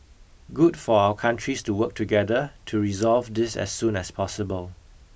good for our countries to work together to resolve this as soon as possible